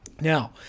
now